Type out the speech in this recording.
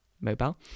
mobile